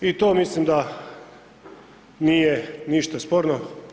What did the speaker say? I to mislim da nije ništa sporno.